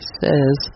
says